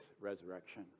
resurrection